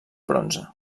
bronze